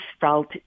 felt